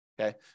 okay